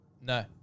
No